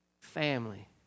Family